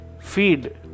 feed